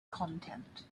content